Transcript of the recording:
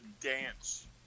dance